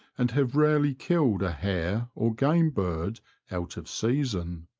and have rarely killed a hare or game-bird out of season.